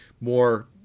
more